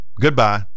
goodbye